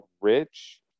Rich